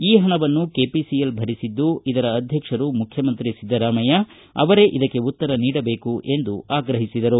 ಈ ಹಣವನ್ನು ಕೆಪಿಸಿಎಲ್ ಭರಿಸಿದ್ದು ಇದರ ಅಧ್ಯಕ್ಷರು ಮುಖ್ಯಮಂತ್ರಿ ಸಿದ್ದರಾಮಯ್ಯ ಅವರೇ ಇದಕ್ಕೆ ಉತ್ತರ ನೀಡಬೇಕು ಎಂದು ಆಗ್ರಹಿಸಿದರು